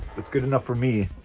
it's good enough for me